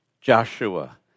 Joshua